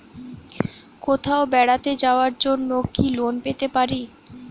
কোথাও বেড়াতে যাওয়ার জন্য কি লোন পেতে পারি?